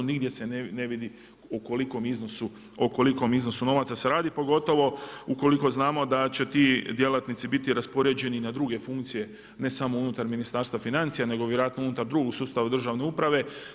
Nigdje se ne vidi o kolikom iznosu novaca se radi pogotovo ukoliko znamo da će ti djelatnici biti raspoređeni i na druge funkcije ne samo unutar Ministarstva financija nego vjerojatno unutar drugog sustava državne uprave.